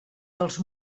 dels